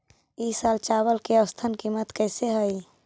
ई साल चावल के औसतन कीमत कैसे हई?